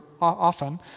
often